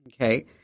okay